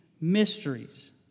mysteries